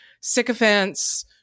sycophants